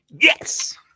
Yes